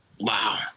Wow